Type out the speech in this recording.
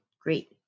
great